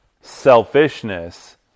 selfishness